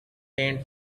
paint